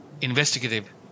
investigative